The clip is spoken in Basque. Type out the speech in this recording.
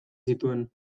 zituen